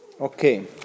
Okay